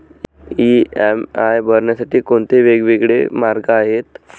EMI भरण्यासाठी कोणते वेगवेगळे मार्ग आहेत?